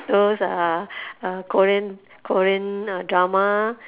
those uh korean korean drama